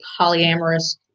polyamorous